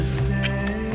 stay